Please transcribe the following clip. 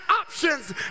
options